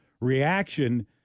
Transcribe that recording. reaction